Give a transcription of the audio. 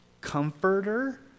comforter